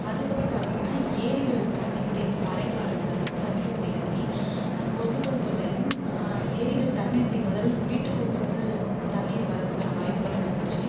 அதற்கப்றம் பார்த்தீங்கன்னா ஏரிகளில் தண்ணீர் தேங்கி மழை காலத்தில் வந்து தண்ணீர் தேங்கி கொசுக்கள் தொல்லையும் ஏரிகள் தண்ணீர் தேங்குவதால் வீட்டுக்குள் வந்து தண்ணீர் வரதுக்கான வாய்ப்புகளும் இருந்துச்சு